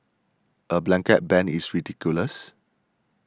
a blanket ban is ridiculous